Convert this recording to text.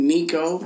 Nico